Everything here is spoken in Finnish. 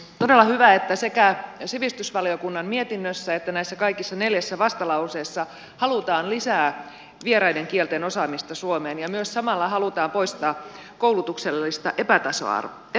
todella hyvä että sekä sivistysvaliokunnan mietinnössä että näissä kaikissa neljässä vastalauseessa halutaan lisää vieraiden kielten osaamista suomeen ja myös samalla halutaan poistaa koulutuksellista epätasa arvoa